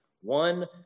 One